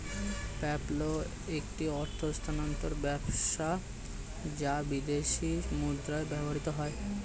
PayPal একটি অর্থ স্থানান্তর ব্যবস্থা যা বিদেশী মুদ্রায় ব্যবহৃত হয়